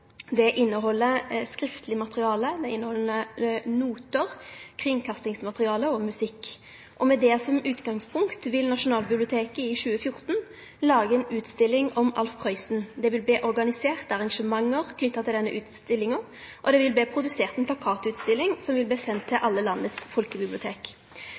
Det inneheld skriftleg materiale, notar, kringkastingsmateriale og musikk. Med det som utgangspunkt vil Nasjonalbiblioteket i 2014 lage ei utstilling om Alf Prøysen. Det vil verte organisert arrangement knytte til utstillinga, og det vil verte produsert ei plakatutstilling, som vil verte sendt til alle landet sine folkebibliotek.